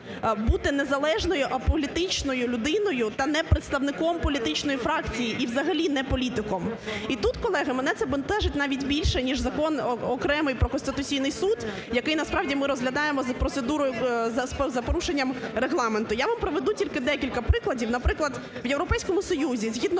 бути незалежною аполітичною людиною та не представником політичної фракції і взагалі не політиком. І тут, колеги, мене це бентежить навіть більше ніж Закон окремий про Конституційний Суд, який, насправді, ми розглядаємо за процедурою, за порушенням Регламенту. Я вам проведу тільки декілька прикладів. Наприклад, в Європейському Союзі згідно